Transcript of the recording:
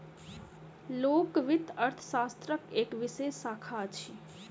लोक वित्त अर्थशास्त्रक एक विशेष शाखा अछि